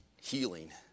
healing